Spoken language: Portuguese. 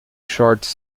shorts